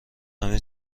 همه